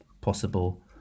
possible